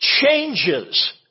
changes